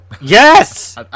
yes